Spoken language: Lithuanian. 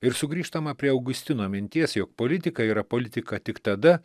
ir sugrįžtama prie augustino minties jog politika yra politika tik tada